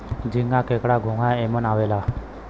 झींगा, केकड़ा, घोंगा एमन आवेला